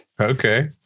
okay